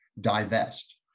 divest